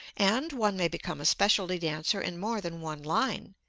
and one may become a specialty dancer in more than one line.